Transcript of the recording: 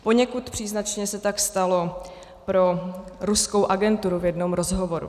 Poněkud příznačně se tak stalo pro ruskou agenturu v jednom rozhovoru.